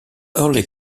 early